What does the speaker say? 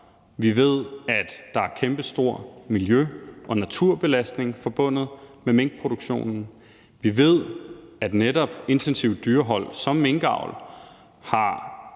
Vi ved, at der er en kæmpestor miljø- og naturbelastning forbundet med minkproduktionen, vi ved, at netop et intensivt dyrehold som minkavl har